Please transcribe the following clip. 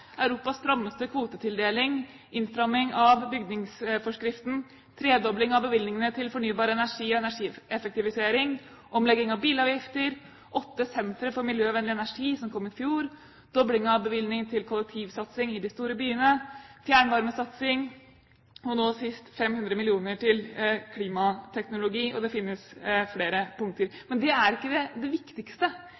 Europas strammeste kvotetildeling, innstramming av bygningsforskriften, tredobling av bevilgningene til fornybar energi og energieffektivisering, omlegging av bilavgifter, åtte sentre for miljøvennlig energi som kom i fjor, dobling av bevilgning til kollektivsatsing i de store byene, fjernvarmesatsing, og nå sist 500 mill. kr til klimateknologi. Det finnes flere punkter,